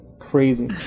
crazy